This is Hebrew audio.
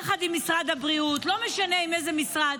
יחד עם משרד הבריאות, לא משנה עם איזה משרד,